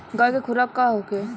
गाय के खुराक का होखे?